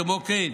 כמו כן,